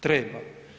Treba.